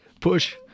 Push